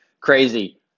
Crazy